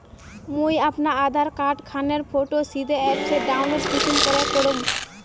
मुई अपना आधार कार्ड खानेर फोटो सीधे ऐप से डाउनलोड कुंसम करे करूम?